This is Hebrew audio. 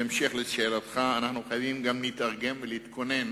בהמשך לשאלתך, אנחנו חייבים גם להתארגן ולהתכונן